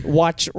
watch